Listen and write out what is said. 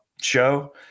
show